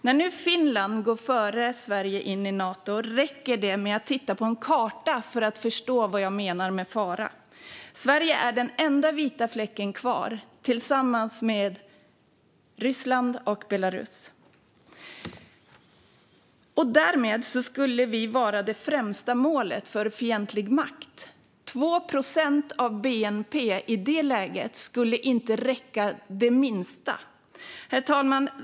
När nu Finland går före Sverige in i Nato räcker det att titta på en karta för att förstå vad jag menar med fara. Sverige är den enda vita fläck som är kvar, tillsammans med Ryssland och Belarus. Därmed skulle vi vara det främsta målet för fientlig makt. I det läget skulle 2 procent av bnp inte räcka det minsta. Herr talman!